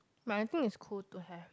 but I think it's cool to have